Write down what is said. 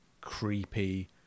creepy